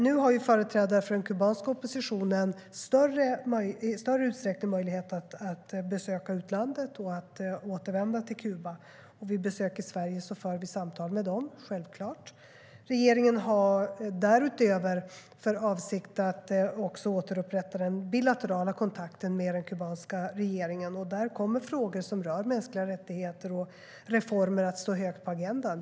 Nu har företrädare för den kubanska oppositionen i större utsträckning möjlighet att besöka utlandet och att återvända till Kuba. Vid besök i Sverige för vi samtal med dem, självklart. Regeringen har därutöver för avsikt att återupprätta den bilaterala kontakten med den kubanska regeringen. Där kommer frågor som rör mänskliga rättigheter att stå högt på agendan.